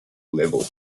level